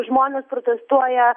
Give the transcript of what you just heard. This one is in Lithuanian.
žmonės protestuoja